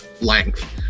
length